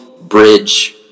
bridge